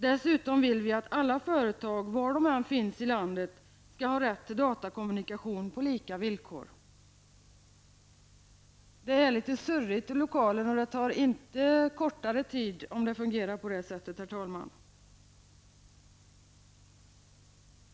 Dessutom vill vi att alla företag, var de än finns i landet, skall ha rätt till datakommunikation på lika villkor. Det är litet surrigt här i lokalen, men det tar inte kortare tid för mig att hålla mitt anförande av det skälet.